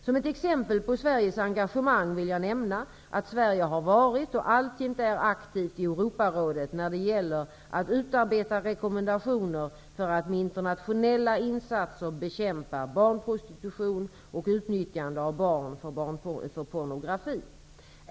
Som ett exempel på Sveriges engagemang vill jag nämna att Sverige har varit och alltjämt är aktivt i Europarådet när det gäller att utarbeta rekommendationer för att med internationella insatser bekämpa barnprostitution och utnyttjande av barn för pornografi.